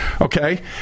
okay